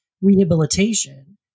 rehabilitation